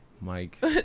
Mike